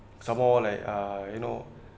some more like uh you know